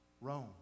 Rome